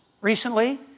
recently